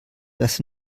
das